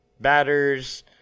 batters